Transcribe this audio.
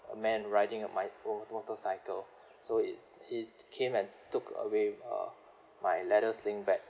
a man riding a mi~ mo~ motorcycle so it he came and took away uh my leather sling bag